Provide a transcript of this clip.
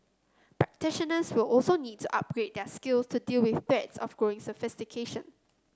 practitioners will also need to upgrade their skills to deal with threats of growing sophistication